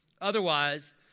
Otherwise